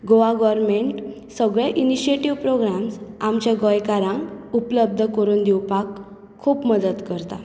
Goa government सगळे initiative programmes आमच्या गोंयकारांक उपलब्द करून दिवपाक खूब मदत करता